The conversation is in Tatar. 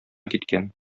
киткән